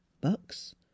bucks